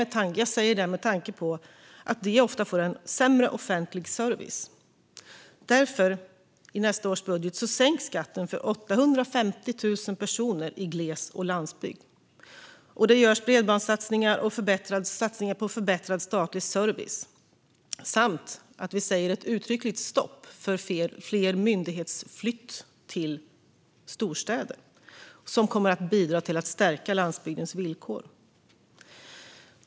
Jag säger det med tanke på att de ofta får en sämre offentlig service. Därför sänks skatten i nästa års budget för 850 000 personer i gles och landsbygd. Det görs bredbandssatsningar, satsningar på förbättrad statlig service, och vi säger ett uttryckligt stopp för fler myndighetsflyttar till storstäder. Det kommer att bidra till att stärka landsbygdens villkor.